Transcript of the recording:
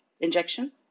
injection